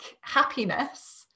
happiness